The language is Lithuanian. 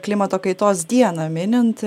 klimato kaitos dieną minint